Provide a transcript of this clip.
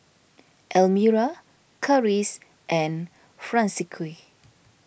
Elmyra Karis and Francisqui